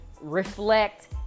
reflect